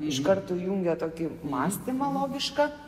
iš karto įjungia tokį mąstymą logišką